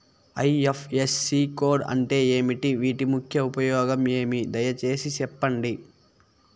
IFSC code అంటే ఏమి? వీటి ముఖ్య ఉపయోగం ఏమి? దయసేసి సెప్పండి?